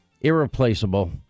irreplaceable